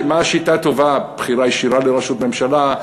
מה השיטה הטובה: בחירה ישירה לראשות ממשלה?